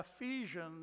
Ephesians